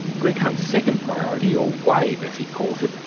greg hunt's second priority, or wave as he calls it,